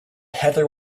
heather